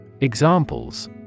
Examples